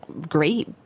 great